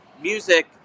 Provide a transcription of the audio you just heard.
music